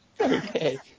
Okay